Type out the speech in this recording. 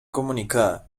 comunicada